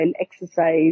exercise